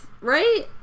right